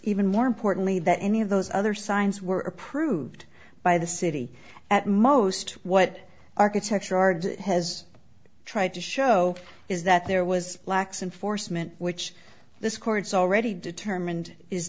even more importantly that any of those other signs were approved by the city at most what architecture ard has tried to show is that there was lax enforcement which this court's already determined is